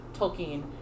Tolkien